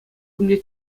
умне